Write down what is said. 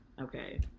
okay